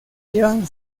llevan